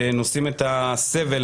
שנושאים את הסבל,